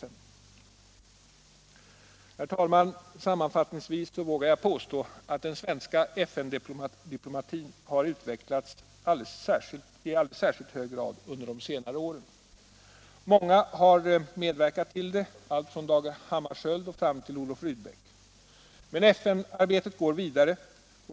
Herr talman! Sammanfattningsvis vågar jag påstå att den svenska FN diplomatin utvecklats i alldeles särskilt hög grad under de senare åren. Många har medverkat till detta — från Dag Hammarskjöld och fram till Olof Rydbeck. Men FN-arbetet går vidare.